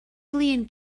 flin